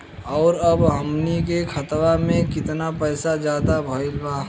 और अब हमनी के खतावा में कितना पैसा ज्यादा भईल बा?